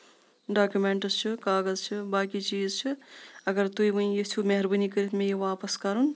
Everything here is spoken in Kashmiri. ڈاکمینٹٕس چھِ کاغز چھِ باقٕے چیٖز چھِ اَگر تُہۍ وۄنۍ یژھو مہربٲنی کٔرِتھ مےٚ یہِ واپَس کَرُن